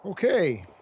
Okay